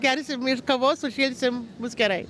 gersim ir kavos sušilsim bus gerai